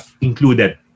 included